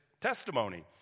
testimony